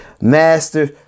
master